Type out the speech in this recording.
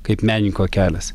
kaip menininko kelias